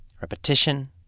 Repetition